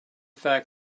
fact